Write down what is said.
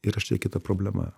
yra štai kita problema